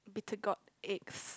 bitter gourd eggs